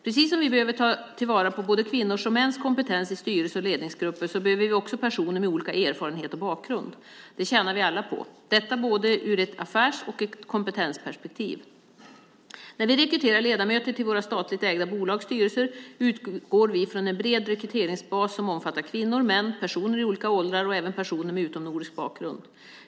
Precis som vi behöver ta till vara både kvinnors och mäns kompetens i styrelser och ledningsgrupper behöver vi också personer med olika erfarenhet och bakgrund. Det tjänar vi alla på, både ur ett affärs och kompetensperspektiv. När vi rekryterar ledamöter till våra statligt ägda bolags styrelser utgår vi från en bred rekryteringsbas som omfattar kvinnor, män, personer i olika åldrar och även personer med utomnordisk bakgrund.